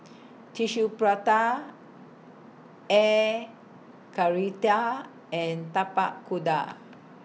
Tissue Prata Air and Tapak Kuda